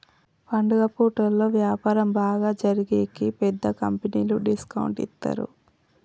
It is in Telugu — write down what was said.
పండుగ పూటలలో వ్యాపారం బాగా జరిగేకి పెద్ద కంపెనీలు డిస్కౌంట్ ఇత్తారు